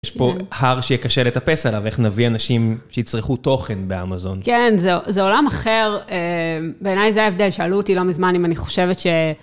יש פה הר שיהיה קשה לטפס עליו, איך נביא אנשים שיצרכו תוכן באמזון. כן, זה עולם אחר. בעיניי זה היה הבדל, שאלו אותי לא מזמן אם אני חושבת ש...